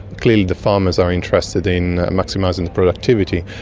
clearly the farmers are interested in maximising productivity,